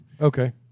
Okay